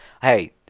Hey